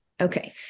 okay